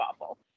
waffle